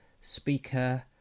speaker